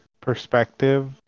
perspective